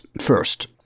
first